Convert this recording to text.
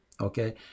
okay